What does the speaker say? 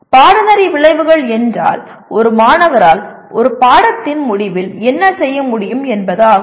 பாடநெறி விளைவுகள் என்றால் ஒரு மாணவரால் ஒரு பாடத்தின் முடிவில் என்ன செய்ய முடியும் என்பதாகும்